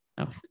Okay